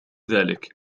ذلك